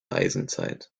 eisenzeit